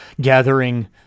gathering